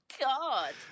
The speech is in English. god